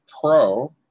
Pro